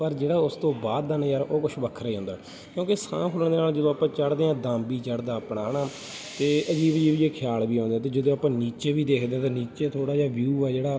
ਪਰ ਜਿਹੜਾ ਉਸ ਤੋਂ ਬਾਅਦ ਦਾ ਨਜ਼ਾਰਾ ਉਹ ਕੁਛ ਵੱਖਰਾ ਹੀ ਹੁੰਦਾ ਕਿਉਂਕਿ ਸਾਹ ਫੁੱਲਣ ਦੇ ਨਾਲ ਜਦੋਂ ਆਪਾਂ ਚੜ੍ਹਦੇ ਹਾਂ ਦਮ ਵੀ ਚੜ੍ਹਦਾ ਆਪਣਾ ਹੈ ਨਾ ਅਤੇ ਅਜੀਬ ਅਜੀਬ ਜਿਹੇ ਖਿਆਲ ਵੀ ਆਉਂਦੇ ਹੈ ਅਤੇ ਜਦੋਂ ਆਪਾਂ ਨੀਚੇ ਵੀ ਦੇਖਦੇ ਹਾਂ ਤਾਂ ਨੀਚੇ ਥੋੜ੍ਹਾ ਜਿਹਾ ਵਿਊ ਆ ਜਿਹੜਾ